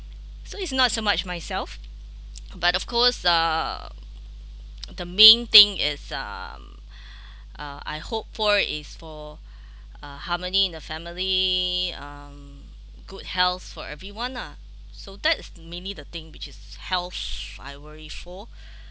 so it's not so much myself but of course uh the main thing is um uh I hope for is for a harmony in the family um good health for everyone lah so that is mainly the thing which is health I worry for